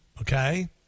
okay